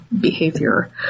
behavior